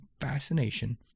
fascination